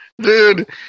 Dude